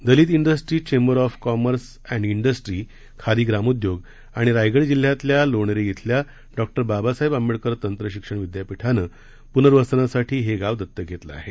Dalit industry chamber of commerce and industry Khadi Gramodyog आणि रायगड जिल्ह्यातल्या लोणेरे इथल्या डॉक्टर बाबासाहेब आंबेडकर तंत्रशिक्षण विदयापीठानं प्नर्वसनासाठी हे गाव दत्तक घेतलं आहे